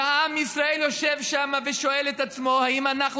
ועם ישראל יושב שם ושואל את עצמו אם אנחנו